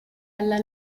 alla